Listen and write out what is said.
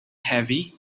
heavy